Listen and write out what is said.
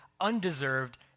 undeserved